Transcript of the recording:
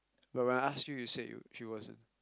when I ask you you said you she wasn't